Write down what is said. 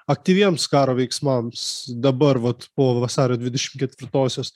aktyviems karo veiksmams dabar vat po vasario dvidešim ketvirtosios